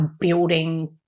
building